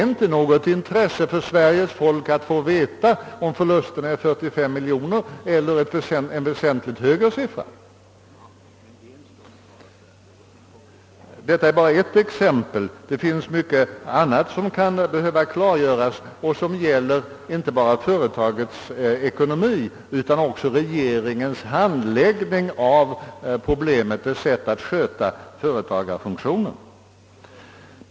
Saknar det intresse för svenska folket att få veta om förlusterna uppgår till 45 miljoner eller är väsentligt större? Detta är bara ett exempel. Det finns mycket annat som kan behöva klargöras och som inte bara gäller företagets ekonomi utan också regeringens handläggning av problemet, dess sätt att sköta företagarfunktionen.